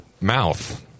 mouth